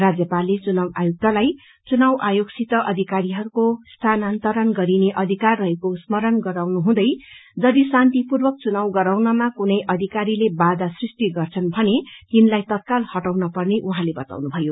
राज्यपालले चुनाव आयुक्तलाई चुनाव आयोगसित अधिकारीहरूको स्थानान्तरण गरिने अधिकार रहेको स्मरण गराउनु हुँदै यदि शान्तिपूर्वक चुनाव गराउनमा कुनै अधिकारीले बाधा सृष्टि गर्दछ भने तिनलाई तत्काल हटाउन पर्ने उहाँले बताउनुभयो